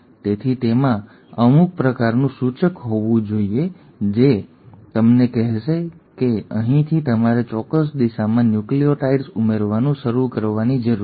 તેથી તેમાં અમુક પ્રકારનું સૂચક હોવું જોઈએ જે અમને કહેશે કે અહીંથી તમારે ચોક્કસ દિશામાં ન્યુક્લિઓટાઇડ્સ ઉમેરવાનું શરૂ કરવાની જરૂર છે